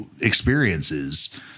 experiences